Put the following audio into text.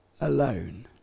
alone